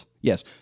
Yes